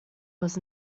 was